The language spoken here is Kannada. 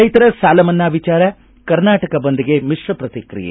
ರೈತರ ಸಾಲ ಮನ್ನಾ ವಿಚಾರ ಕರ್ನಾಟಕ ಬಂದ್ಗೆ ಮಿಶ್ರ ಪ್ರತಿಕ್ರಿಯೆ